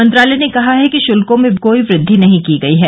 मंत्रालय ने कहा है कि शुल्को में कोई वृद्धि नहीं की गई है